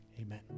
Amen